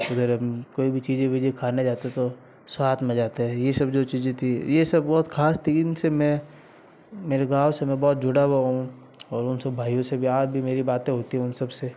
उधर हम कोई भी चीजें वीजें खाने जाते तो साथ में जाते थे ये सब जो चीजें थीं ये सब बहुत ख़ास थी इनसे मैं मेरे गाँव से मैं बहुत जुड़ा हुआ हूँ और उन सब भाइयों से भी आज भी मेरी बातें होती उन सबसे